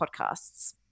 podcasts